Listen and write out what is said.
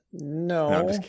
no